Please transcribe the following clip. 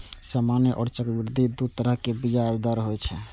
सामान्य आ चक्रवृद्धि दू तरहक ब्याज दर होइ छै